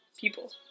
people